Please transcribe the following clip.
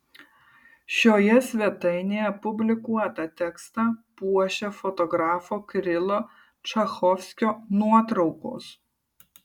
šioje svetainėje publikuotą tekstą puošia fotografo kirilo čachovskio nuotraukos